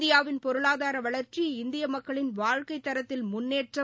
இந்தியாவின் பொருளாதார வளர்ச்சி இந்திய மக்களின் வாழ்க்தைத் தரத்தில் முன்னேற்றம்